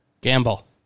Gamble